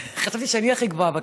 חשבתי שאני הכי גבוהה בכנסת.